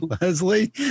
Leslie